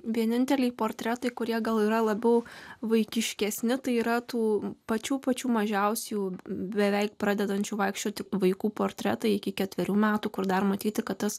vieninteliai portretai kurie gal yra labiau vaikiškesni tai yra tų pačių pačių mažiausiųjų beveik pradedančių vaikščioti vaikų portretai iki ketverių metų kur dar matyti kad tas